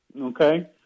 Okay